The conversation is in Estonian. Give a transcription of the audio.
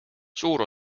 suur